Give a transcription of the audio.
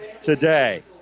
today